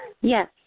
Yes